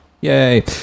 Yay